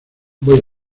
voy